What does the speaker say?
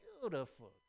beautiful